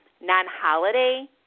non-holiday